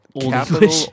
capital